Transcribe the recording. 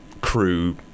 crew